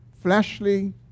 fleshly